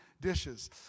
dishes